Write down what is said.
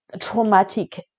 traumatic